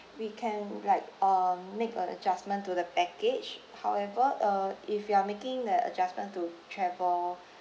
we can like uh make an adjustment to the package however uh if you are making the adjustment to travel